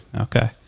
Okay